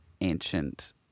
ancient